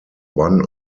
one